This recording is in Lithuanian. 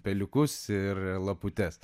peliukus ir laputes